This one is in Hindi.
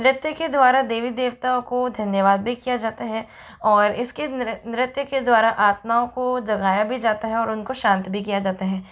नृत्य के द्वारा देवी देवताओ को धन्यवाद भी किया जाता है और इसके नृत्य के द्वारा आत्मओं को जगाया भी जाता है और उनको शांत भी किया जाता है